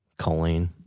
choline